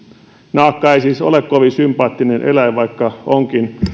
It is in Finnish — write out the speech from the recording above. naakka ei siis ole kovin sympaattinen eläin vaikka onkin